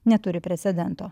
neturi precedento